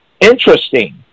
Interesting